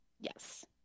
Yes